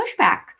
pushback